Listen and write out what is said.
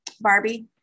Barbie